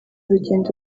rugendo